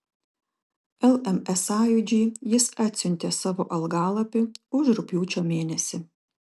lms sąjūdžiui jis atsiuntė savo algalapį už rugpjūčio mėnesį